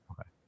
okay